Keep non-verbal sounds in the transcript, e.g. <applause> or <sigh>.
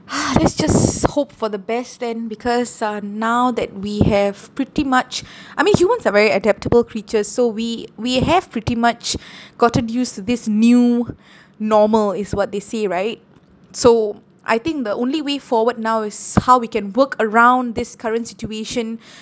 <breath> let's just hope for the best then because uh now that we have pretty much I mean humans are very adaptable creatures so we we have pretty much gotten used to this new normal is what they say right <noise> so I think the only way forward now is how we can work around this current situation